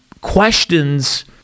questions